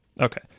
Okay